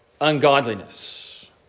ungodliness